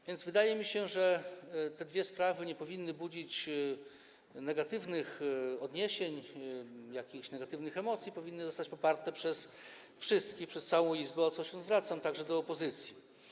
A więc wydaje mi się, że te dwie sprawy nie powinny budzić negatywnych odniesień, jakichś negatywnych emocji, powinny zostać poparte przez wszystkich, przez całą Izbę, o co się zwracam także do opozycji.